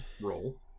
roll